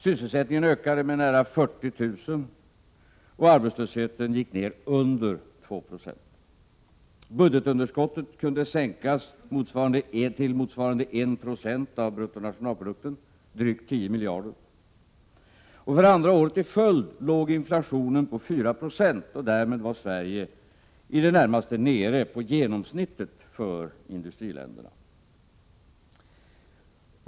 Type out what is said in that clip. Sysselsättningen ökade med nära 40 000, och arbetslösheten gick ned under 2 96. Budgetunderskottet kunde sänkas till motsvarande 1 96 av bruttonationalprodukten, drygt 10 miljarder. För andra året i följd låg inflationen på 4 76, och därmed var Sverige i det närmaste nere på genomsnittet för industriländerna.